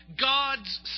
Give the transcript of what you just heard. God's